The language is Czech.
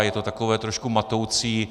Je to také trošku matoucí.